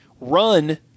run